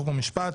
חוק ומשפט.